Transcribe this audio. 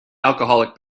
alcoholic